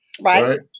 right